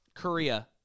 Korea